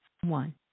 one